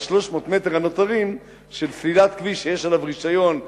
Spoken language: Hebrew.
על 300 המטר הנותרים של סלילת כביש שיש עליו רשיון,